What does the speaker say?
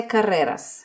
Carreras